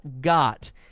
got